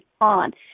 on